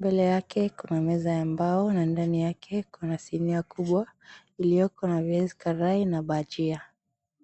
Mbele yake kuna meza ya mbao na ndani yake kuna sinia kubwa iliyoko na viazi karai na bajia.